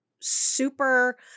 super